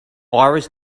iris